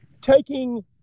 taking